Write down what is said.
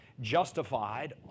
justified